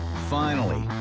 finally,